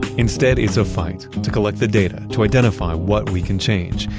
instead, it's a fight to collect the data to identify what we can change.